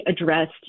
addressed